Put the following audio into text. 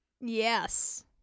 yes